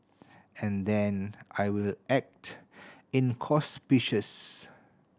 and then I will act inconspicuous